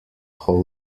whole